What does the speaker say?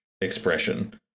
expression